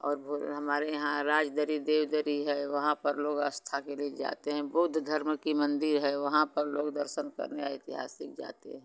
और हमारे यहाँ राजदरी देवदरी है वहाँ पर लोग आस्था के लिए जाते हैं बौद्ध धर्म की मंदिर है वहाँ पर लोग दर्शन करने ऐतिहासिक जाते हैं